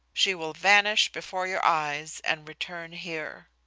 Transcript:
she will vanish before your eyes and return here.